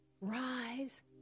Rise